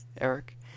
Eric